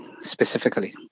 specifically